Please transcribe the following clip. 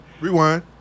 Rewind